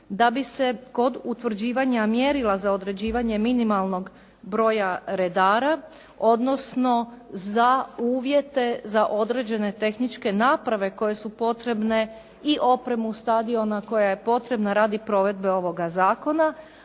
da bi se kod utvrđivanja mjerila za određivanje minimalnog broja redara, odnosno za uvjete za određene tehničke naprave koje su potrebne i opremu stadiona koja je potrebna radi provedbe ovoga zakona,